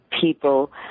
people